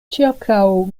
ĉirkaŭ